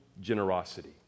generosity